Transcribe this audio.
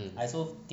mm